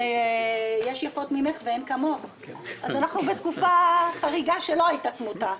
אנחנו בתקופה חריגה שלא הייתה כמותה.